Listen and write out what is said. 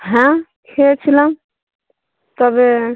হ্যাঁ খেয়েছিলাম তবে